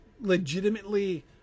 legitimately